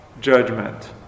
judgment